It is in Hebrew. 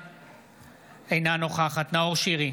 אינה נוכחת נאור שירי,